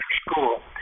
school